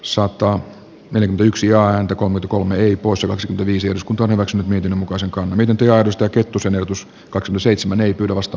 saatto eli yksi ääntä kolme kolme poissa växby viisi uskontoa hyväkseen yhdenmukaisenkaan miten työajoista kettusen ehdotus kaatui seitsemän ei kovasta